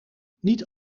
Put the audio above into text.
niet